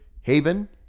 Haven